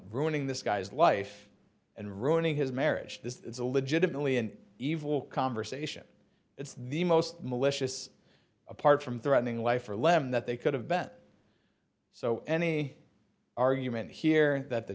ruining this guy's life and ruining his marriage this is a legitimately an evil conversation it's the most malicious apart from threatening life or limb that they could have bent so any argument here that the